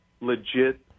legit